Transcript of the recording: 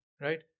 right